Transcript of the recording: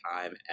time